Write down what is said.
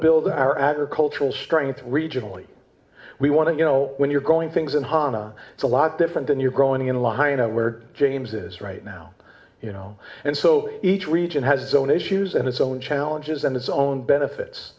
build our agricultural strength regionally we want to you know when you're growing things in hama it's a lot different than you're growing in line where james is right now you know and so each region has its own issues and its own challenges and its own benefits